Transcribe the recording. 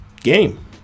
game